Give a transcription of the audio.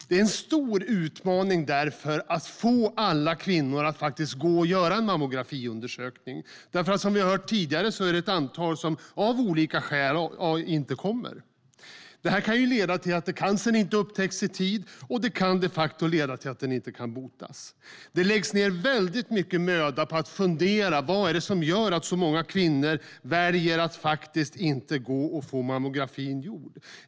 Det är en stor utmaning att få alla kvinnor att gå och göra en mammografiundersökning. Som vi har hört tidigare är det ett antal kvinnor som av olika skäl inte kommer. Det kan göra att cancern inte upptäcks i tid, vilket kan leda till att den inte kan botas. Det läggs mycket möda på att fundera ut vad det är som gör att så många kvinnor väljer att inte gå och göra mammografi.